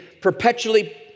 perpetually